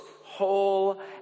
whole